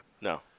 No